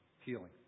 healing